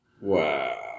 Wow